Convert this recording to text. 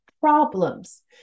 problems